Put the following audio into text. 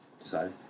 decided